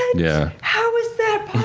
yeah how is that